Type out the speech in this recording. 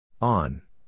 On